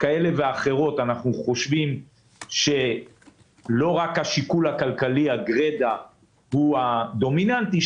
כאלה או אחרות אנחנו חושבים שלא רק השיקול הכלכלי גרידא הוא הדומיננטי,